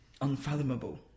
unfathomable